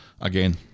Again